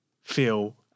feel